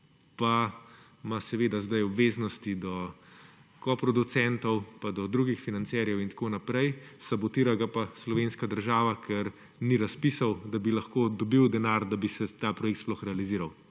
pa ima zdaj obveznosti do koproducentov, do drugih financerjev in tako naprej. Sabotira ga pa slovenska država, ker ni razpisov, da bi lahko dobil denar, da bi se ta projekt sploh realiziral.